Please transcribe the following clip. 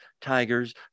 tigers